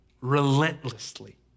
Relentlessly